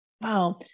Wow